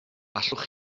allwch